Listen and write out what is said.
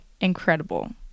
incredible